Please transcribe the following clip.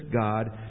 God